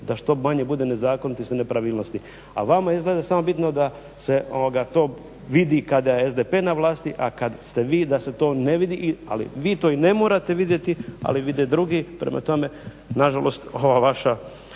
da što manje bude nezakonitosti i nepravilnosti. A vama izgleda samo je bitno da se to ovoga vidi kada je SDP na vlasti, a kad ste vi da se to ne vidi, ali vi to i ne morate vidjeti ali vide drugi, prema tome nažalost, ovaj